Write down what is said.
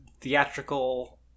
theatrical